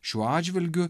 šiuo atžvilgiu